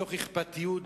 מתוך אכפתיות,